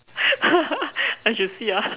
I should see ah